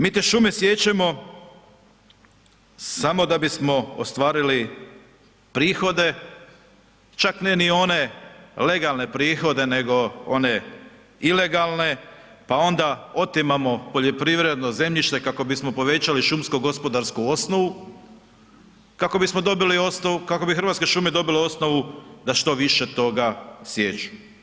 Mi te šume siječemo samo da bismo ostvarili prihode, čak ne ni one legalne prihode nego one ilegalne, pa onda otimamo poljoprivredno zemljište kako bismo povećali šumsko gospodarsku osnovu, kako bismo dobili osnovu, kako bi Hrvatske šume dobile osnovu da što više toga sječu.